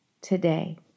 today